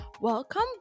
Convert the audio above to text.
Welcome